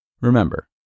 Remember